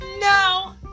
No